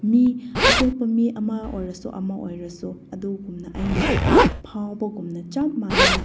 ꯃꯤ ꯑꯇꯣꯞꯄ ꯃꯤ ꯑꯃ ꯑꯣꯏꯔꯁꯨ ꯑꯃ ꯑꯣꯏꯔꯁꯨ ꯑꯗꯨꯒꯨꯝꯅ ꯑꯩꯅ ꯐꯥꯎꯕꯒꯨꯝꯅ ꯆꯞ ꯃꯥꯟꯅꯅ